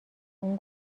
اون